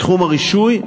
בתחום הרישוי,